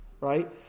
right